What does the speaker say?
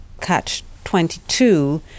catch-22